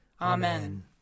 Amen